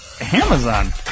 Amazon